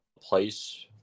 place